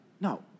No